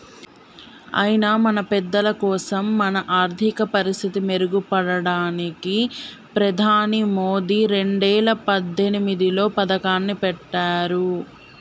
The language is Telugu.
అయినా మన పెద్దలకోసం మన ఆర్థిక పరిస్థితి మెరుగుపడడానికి ప్రధాని మోదీ రెండేల పద్దెనిమిదిలో పథకాన్ని పెట్టారు